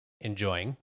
enjoying